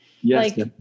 Yes